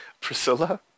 Priscilla